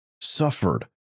suffered